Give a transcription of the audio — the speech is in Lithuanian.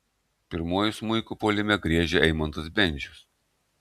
pirmuoju smuiku puolime griežia eimantas bendžius